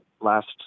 last